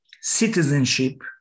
citizenship